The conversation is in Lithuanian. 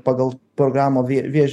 pagal programą vė vėžio